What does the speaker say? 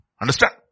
Understand